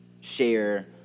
share